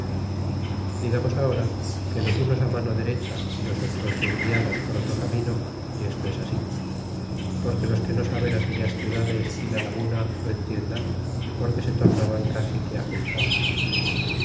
digamos ahora que los unos mano derecha y los otros desviados por otro camino y esto es así porque los que no saben aquellas ciudades y la laguna lo entiendan porque se tornaban casi que juntar